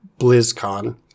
BlizzCon